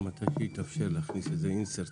אין נציג